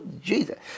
Jesus